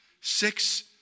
six